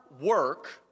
work